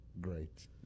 great